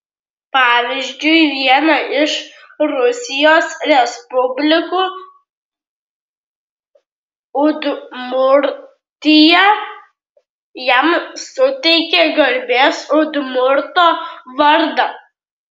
pavyzdžiui viena iš rusijos respublikų udmurtija jam suteikė garbės udmurto vardą